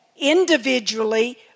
individually